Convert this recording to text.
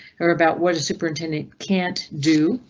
or about what a superintendent can't do,